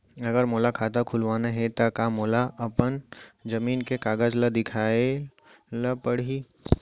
अगर मोला खाता खुलवाना हे त का मोला अपन जमीन के कागज ला दिखएल पढही?